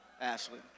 Ashley